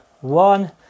one